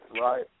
right